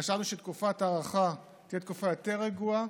חשבנו שתקופת ההארכה תהיה תקופה יותר רגועה,